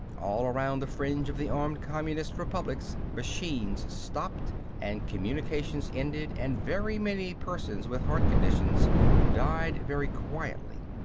all around the fringe of the armed communist republics machines stopped and communications ended and very many persons with heart conditions died very quietly.